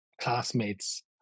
classmates